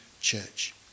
church